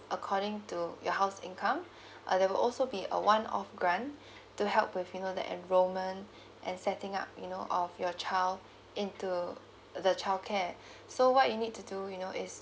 according to your house income uh there will also be a one off grant to help with you know the enrolment and setting up you know of your child into uh the childcare so what you need to do you know is